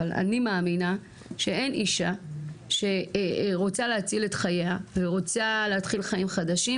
אבל אני מאמינה שאין אישה שרוצה להציל את חייה ורוצה להתחיל חיים חדשים,